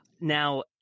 Now